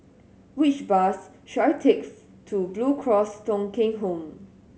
which bus should I takes to Blue Cross Thong Kheng Home